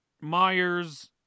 Myers